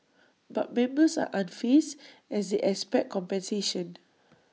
but members are unfazed as IT expect compensation